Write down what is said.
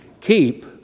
keep